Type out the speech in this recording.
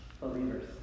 believers